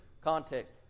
context